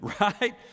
Right